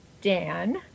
Dan